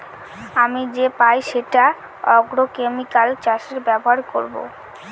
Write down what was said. আমি যে পাই সেটা আগ্রোকেমিকাল চাষে ব্যবহার করবো